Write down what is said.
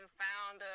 found